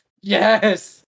Yes